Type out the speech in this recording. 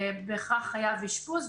בהכרח חייב אשפוז,